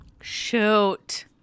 shoot